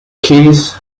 keys